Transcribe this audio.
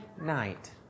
night